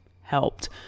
helped